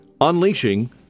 unleashing